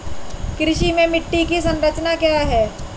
कृषि में मिट्टी की संरचना क्या है?